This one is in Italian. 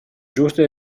giuste